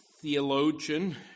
theologian